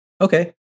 Okay